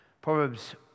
Proverbs